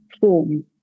form